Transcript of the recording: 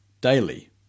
daily